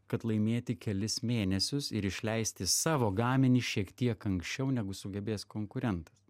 kad laimėti kelis mėnesius ir išleisti savo gaminį šiek tiek anksčiau negu sugebės konkurentas